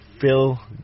fill